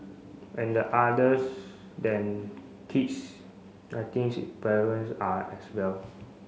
and the others than kids I thinks parents are as well